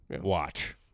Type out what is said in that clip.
watch